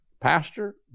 pastor